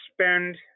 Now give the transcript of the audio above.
spend